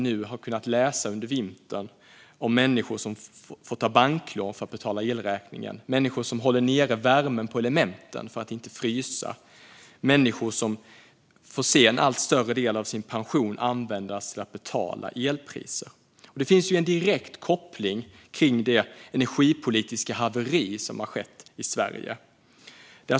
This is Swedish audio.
Det har gjort att vi under vintern har kunnat läsa om människor som får ta banklån för att betala elräkningen och människor som skruvat ned värmen på elementen och får frysa. Det finns människor som ser att en allt större del av pensionen måste användas till att betala elen. Det finns en direkt koppling till det energipolitiska haveri som har skett i Sverige.